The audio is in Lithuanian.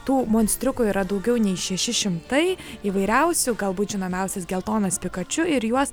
tų monstriukų yra daugiau nei šėši šimtai įvairiausių galbūt žinomiausias geltonas pikaču ir juos